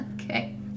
Okay